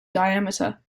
diameter